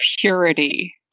purity